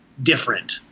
Different